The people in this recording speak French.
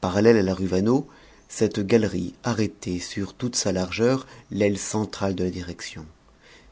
parallèle à la rue vaneau cette galerie arrêtait sur toute sa largeur l'aile centrale de la direction